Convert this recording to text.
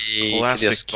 classic